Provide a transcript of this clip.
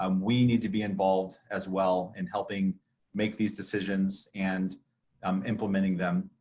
um we need to be involved as well in helping make these decisions and um implementing them.